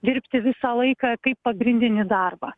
dirbti visą laiką kaip pagrindinį darbą